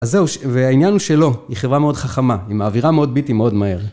אז זהו והעניין הוא שלא, היא חברה מאוד חכמה, היא מעבירה מאוד ביטים מאוד מהר